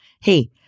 hey